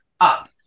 up